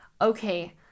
okay